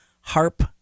harp